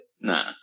nah